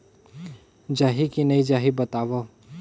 जाही की नइ जाही बताव?